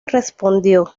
respondió